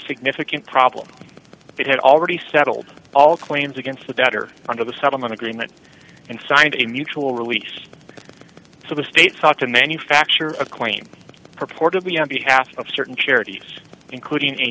significant problem if it had already settled all claims against the better under the settlement agreement and signed a mutual release so the states ought to manufacture a claim purportedly on behalf of certain charities including a